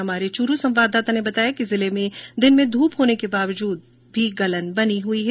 हमारे च्रू संवाददाता ने बताया कि जिले में दिन में धूप होने के बावजूद गलन बनी हुई है